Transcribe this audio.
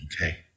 Okay